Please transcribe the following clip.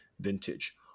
vintage